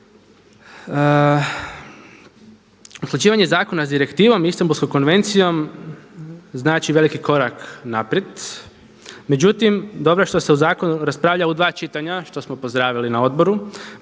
Usklađivanje zakona sa direktivom, Istambulskom konvencijom znači veliki korak naprijed. Međutim, dobro je što se o zakonu raspravlja u dva čitanja što smo pozdravili na odboru